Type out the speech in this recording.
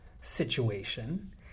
situation